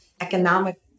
economic